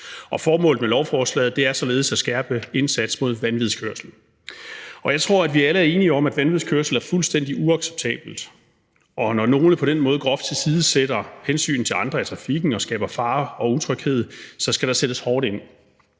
Formålet med lovforslaget er således at skærpe indsatsen mod vanvidskørsel. Jeg tror, vi alle er enige om, at vanvidskørsel er fuldstændig uacceptabelt, og når nogle på den måde groft tilsidesætter hensynet til andre i trafikken og skaber fare og utryghed, så skal der sættes hårdt ind.